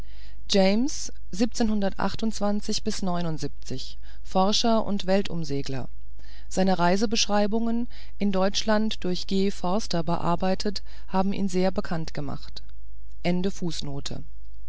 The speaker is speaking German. james forscher und weltumsegler seine reisebeschreibungen in deutschland durch g forster bearbeitet haben ihn sehr bekannt gemacht